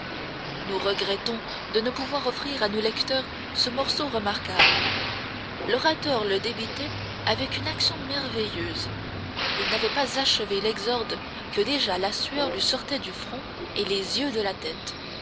nous regrettons de ne pouvoir offrir à nos lecteurs ce morceau remarquable l'orateur le débitait avec une action merveilleuse il n'avait pas achevé l'exorde que déjà la sueur lui sortait du front et les yeux de la tête